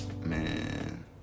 Man